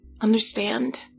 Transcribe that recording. understand